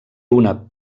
una